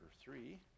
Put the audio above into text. three